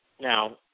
Now